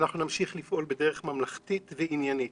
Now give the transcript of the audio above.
אנחנו נמשיך לפעול בדרך ממלכתית ועניינית.